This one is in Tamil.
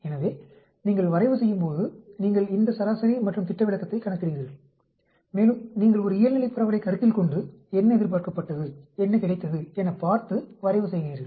எனவே நீங்கள் வரைவு செய்யும் போது நீங்கள் இந்த சராசரி மற்றும் திட்ட விலக்கத்தைக் கணக்கிடுகிறீர்கள் மேலும் நீங்கள் ஒரு இயல்நிலைப் பரவலைக் கருத்தில்கொண்டு என்ன எதிர்பார்க்கப்பட்டது என்ன கிடைத்தது என பார்த்து வரைவு செய்கிறீர்கள்